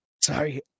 Sorry